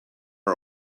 are